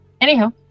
Anyhow